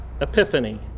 epiphany